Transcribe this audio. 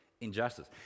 injustice